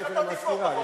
הוא נרשם אצל המזכירה,